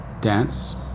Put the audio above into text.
Dance